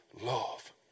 love